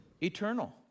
Eternal